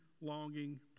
longing